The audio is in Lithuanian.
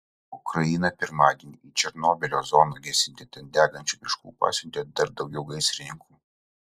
ukraina pirmadienį į černobylio zoną gesinti ten degančių miškų pasiuntė dar daugiau gaisrininkų